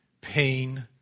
pain